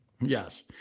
Yes